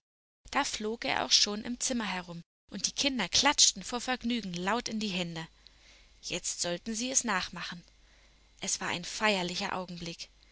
da flog er auch schon im zimmer herum und die kinder klatschten vor vergnügen laut in die hände jetzt sollten sie es nachmachen es war ein feierlicher augenblick